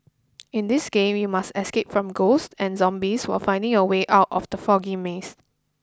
in this game you must escape from ghosts and zombies while finding your way out of the foggy maze